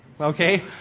okay